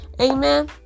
Amen